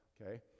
Okay